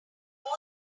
more